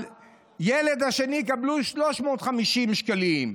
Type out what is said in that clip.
על הילד השני יקבלו 350 שקלים,